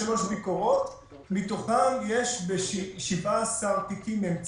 33 ביקורות, מתוכם, יש 17 תיקים, כלומר,